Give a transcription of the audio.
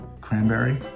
Cranberry